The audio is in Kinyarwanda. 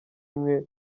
mwe